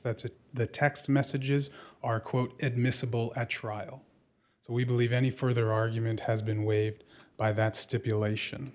that the text messages are quote admissible at trial so we believe any further argument has been waived by that stipulation